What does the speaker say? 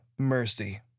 mercy